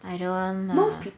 I don't err